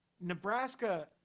Nebraska